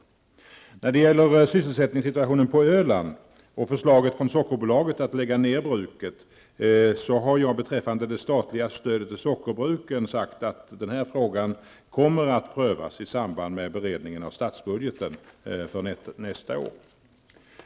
När det gäller sysselsättningssituationen på Öland och förslaget från Sockerbolaget att lägga ned bruket har jag beträffande det statliga stödet till sockerbruken sagt att denna fråga kommer att prövas i samband med beredningen av statsbudgeten för nästa budgetår.